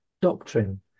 doctrine